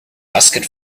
asked